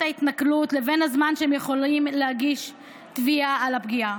ההתנכלויות לבין הזמן שהם יכולים להגיש תביעה על הפגיעה.